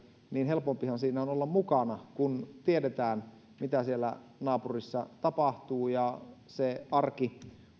niin helpompihan siinä on olla mukana kun tiedetään mitä siellä naapurissa tapahtuu ja se arki